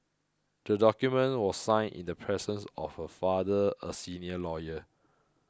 the document was signed in the presence of her father a senior lawyer